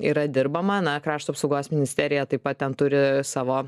yra dirbama na krašto apsaugos ministerija taip pat ten turi savo